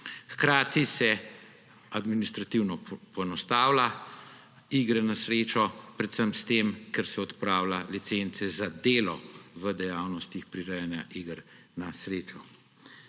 Hkrati se administrativno poenostavlja igre na srečo, predvsem ker se odpravlja licence za delo v dejavnostih prirejanja iger na srečo.